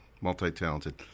multi-talented